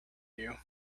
you